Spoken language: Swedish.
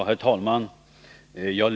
Herr talman!